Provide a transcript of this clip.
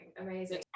Amazing